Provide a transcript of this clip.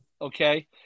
okay